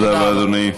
תודה רבה.